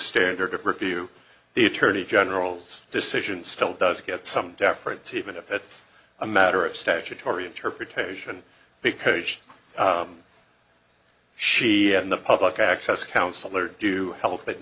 standard of review the attorney general's decision still does get some deference even if it's a matter of statutory interpretation because she and the public access counselor do hel